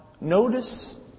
notice